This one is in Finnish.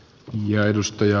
arvoisa puhemies